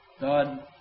God